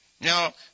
Now